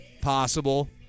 possible